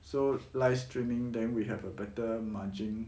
so live streaming then we have a better margin